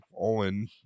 Owen